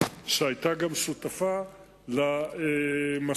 שהיתה גם שותפה למסקנות